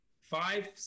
five